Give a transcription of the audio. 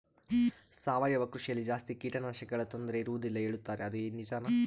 ಸಾವಯವ ಕೃಷಿಯಲ್ಲಿ ಜಾಸ್ತಿ ಕೇಟನಾಶಕಗಳ ತೊಂದರೆ ಇರುವದಿಲ್ಲ ಹೇಳುತ್ತಾರೆ ಅದು ನಿಜಾನಾ?